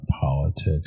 politics